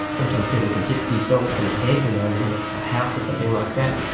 sometimes people can hit themselves on the head when they are underneath a house or something like that,